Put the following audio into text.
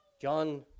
John